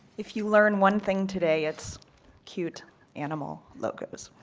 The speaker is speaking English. if you learn one thing today it's cute animal logos.